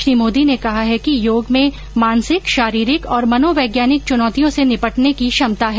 श्री मोदी ने कहा है कि योग में मानसिक शारीरिक और मनोवैज्ञानिक चुनौतियों से निपटने की क्षमता है